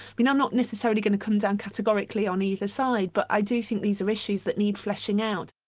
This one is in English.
you know i'm not necessarily going to come down categorically on either side, but i do think these are issues that need fleshing out.